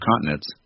continents